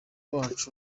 wacu